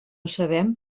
sabem